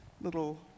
little